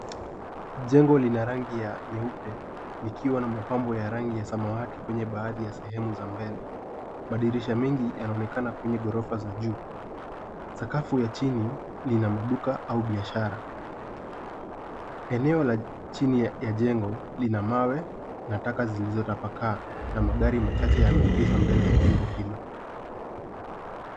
Jengo lina rangi ya nyeupe ikiwa na mapambo ya rangi ya samawati kwenye baadhi ya sehemu za mbele madirisha mingi yanaonekana kwenye ghorofa za juu sakafu ya chini lina maduka au biashara eneo la chini ya jengo lina mawe na taka zilizotapakaa na magari machache yameegeshwa mbele ya jengo hilo.